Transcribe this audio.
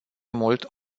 mult